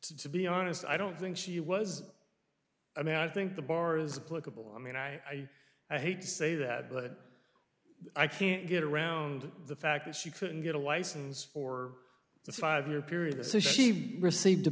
to be honest i don't think she was i mean i think the bar is a political i mean i hate to say that but i can't get around the fact that she couldn't get a license for a five year period so she received a